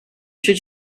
should